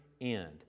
end